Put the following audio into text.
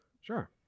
sure